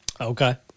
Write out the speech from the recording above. Okay